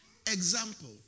Example